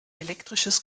elektrisches